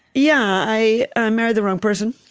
yeah i ah married the wrong person.